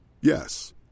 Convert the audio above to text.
Yes